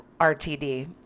rtd